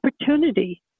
opportunity